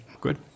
Good